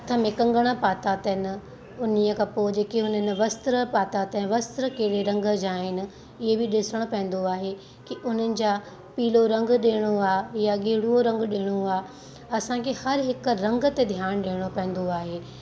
हथ में कंगण पाता अथनि उन्हीअ खां पोइ उन वस्त्र पाता अथनि वस्त्र कहिड़े रंग जा आहिनि इहे बि ॾिसणु पवंदो आहे की उन्हनि जा पीलो रंगु ॾियणो आहे या गेरुओ रंगु ॾियणो आहे असांखे हरु हिकु रंग ते ध्यानु ॾियणो पवंदो आहे